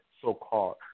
so-called